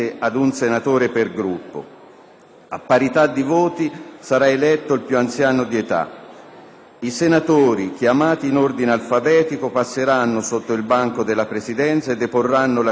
A parità di voti sarà eletto il più anziano di età. Isenatori, chiamati in ordine alfabetico, passeranno sotto il banco della Presidenza e deporranno la scheda nell'urna predisposta.